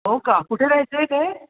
हो का कुठे राहायचे ते